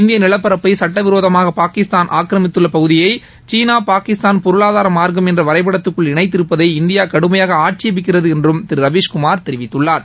இந்திய நிலப்பரப்பை சட்டவிரோதமாக பாகிஸ்தான் ஆக்கிரமித்துள்ள பகுதியை சீனா பாகிஸ்தான் பொருளாதார மார்க்கம் என்ற வரைபடத்துக்குள் இணைத்திருப்பதை இந்தியா கடுமையாக ஆட்சேபிக்கிறது என்றும் திரு ரவிஸ்குமார் தெரிவித்துள்ளார்